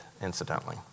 incidentally